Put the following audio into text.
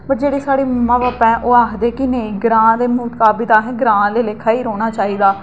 पर जेह्ड़े साढ़े मां भापा ऐ ओह् आखदे कि नेई ग्रांऽ दे मताबक असें ग्रांऽ आह्ले लेखा ई रौह्ना चाहिदा